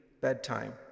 bedtime